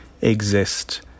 exist